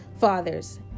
fathers